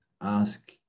ask